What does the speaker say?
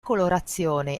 colorazione